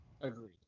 Agreed